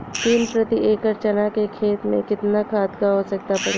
तीन प्रति एकड़ चना के खेत मे कितना खाद क आवश्यकता पड़ी?